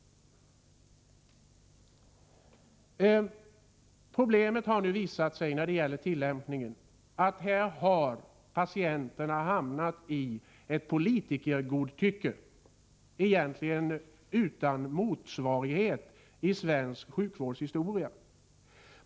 Problemet när det gäller tillämpningen har nu visat sig vara att patienterna har hamnat i ett politikergodtycke, egentligen utan motsvarighet i svensk sjukvårdshistoria.